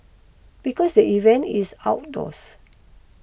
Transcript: because the event is outdoors